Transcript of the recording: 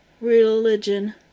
Religion